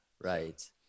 Right